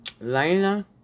Lena